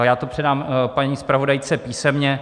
Já to předám paní zpravodajce písemně.